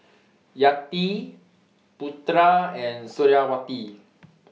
Yati Putra and Suriawati